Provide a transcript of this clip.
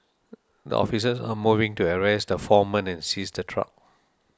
the officers a moved in to arrest the four men and seize the truck